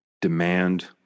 demand